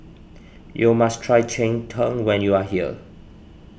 you must try Cheng Tng when you are here